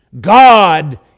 God